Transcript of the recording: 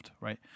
right